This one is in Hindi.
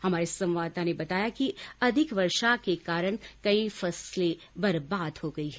हमारे झालावाड संवाददाता ने बताया कि अधिक वर्षा के कारण कई फसलें बरबाद हो गई हैं